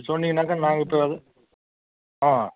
சொன்னிங்கன்னாக்கா நாங்கள் இப்போ ஆ